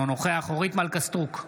אינו נוכח אורית מלכה סטרוק,